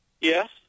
Yes